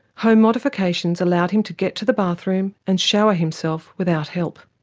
home modifications allowed him to get to the bathroom and shower himself without help.